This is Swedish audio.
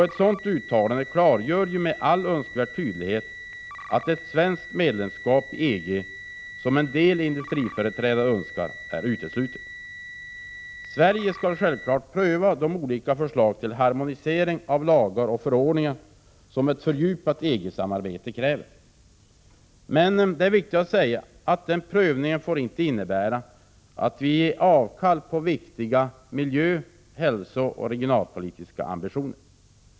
Ett sådant uttalande klargör med all önskvärd tydlighet att ett svenskt medlemskap i EG, som en del industriföreträdare önskar, är uteslutet. Sverige skall självklart pröva de olika förslag till harmonisering av lagar och förordningar som ett fördjupat EG-samarbete kräver. Men — och det är viktigt att säga — den prövningen får inte innebära att vi ger avkall på viktiga miljö-, hälsooch regionalpolitiska ambitioner.